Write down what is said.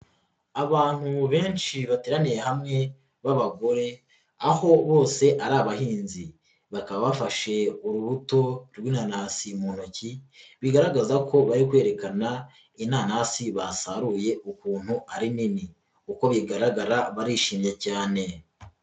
Abantu benshi bateraniye hamwe b'abagore aho bose ari abahinzi bakaba bafashe urubuto rw'inanasi mu ntoki bigaragaza ko bari kwerekana inanasi basaruye ukuntu ari nini, uko bigaragara barishimye cyane.